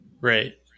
right